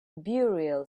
burial